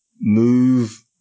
move